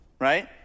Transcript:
right